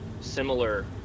similar